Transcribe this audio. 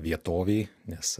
vietovei nes